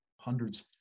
hundreds